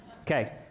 Okay